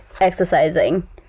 exercising